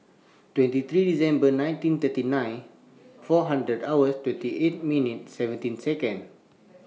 twenty three December nineteen thirty nine four hundred hours twenty eight minutes seventeen Second